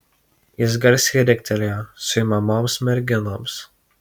jis garsiai riktelėjo suimamoms merginoms